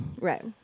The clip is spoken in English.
Right